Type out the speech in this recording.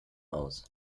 aus